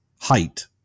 height